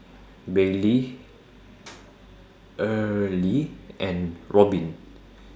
Bailee Earlie and Robyn